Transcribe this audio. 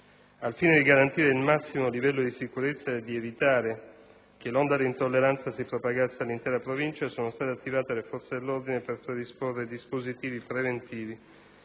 Al fine di garantire il massimo livello di sicurezza ed evitare che l'onda d'intolleranza si propagasse all'intera provincia, sono state attivate le forze dell'ordine per predisporre dispositivi preventivi